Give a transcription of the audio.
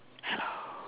hello